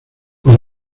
por